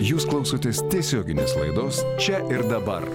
jūs klausotės tiesioginės laidos čia ir dabar